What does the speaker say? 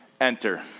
Enter